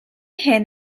hyn